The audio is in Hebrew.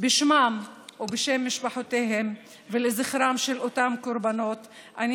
בשמם ובשם משפחותיהם ולזכרם של אותם קורבנות אני